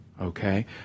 Okay